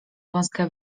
wąska